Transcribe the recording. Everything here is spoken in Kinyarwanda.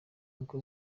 uncle